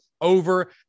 over